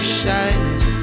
shining